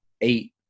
eight